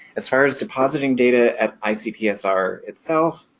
as far as depositing data at icpsr itself,